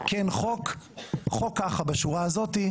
חוק ככה בשורה הזאתי,